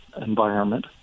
environment